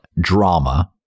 drama